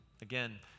again